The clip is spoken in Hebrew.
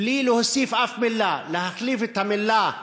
בלי להוסיף אף מילה, להחליף את המילה "ערבי"